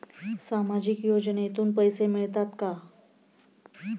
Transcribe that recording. सामाजिक योजनेतून पैसे मिळतात का?